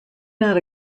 not